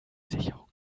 sicherung